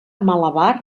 malabar